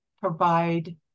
provide